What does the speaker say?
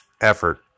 effort